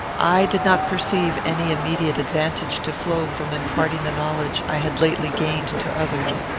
i did not perceive any immediate advantage to flow from imparting the knowledge i had lately gained to others.